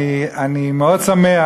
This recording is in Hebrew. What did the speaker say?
אני מאוד שמח